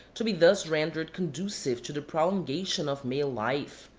to be thus rendered conducive to the prolongation of male life.